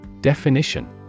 Definition